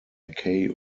mckay